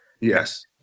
Yes